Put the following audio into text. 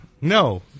No